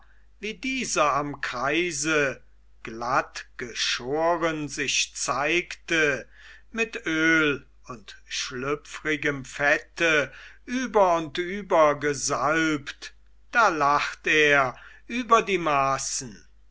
wie dieser am kreise glatt geschoren sich zeigte mit öl und schlüpfrigem fette über und über gesalbt da lacht er über die maßen